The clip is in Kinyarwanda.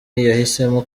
yahisemo